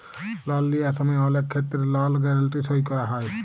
লল লিঁয়ার সময় অলেক খেত্তেরে লল গ্যারেলটি সই ক্যরা হয়